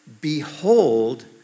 behold